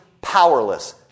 powerless